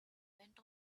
went